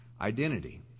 identity